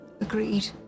Agreed